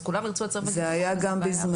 אז כולם ירצו --- זה היה גם בזמנו,